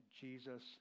Jesus